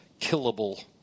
killable